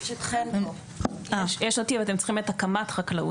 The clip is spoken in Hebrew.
יש אותי, אבל אתם צריכים את הקמ"ט חקלאות.